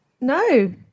no